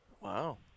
Wow